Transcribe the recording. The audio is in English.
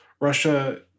Russia